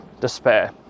despair